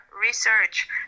research